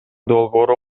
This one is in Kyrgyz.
долбоору